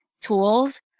tools